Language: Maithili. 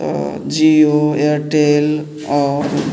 जियो एयरटेल आओर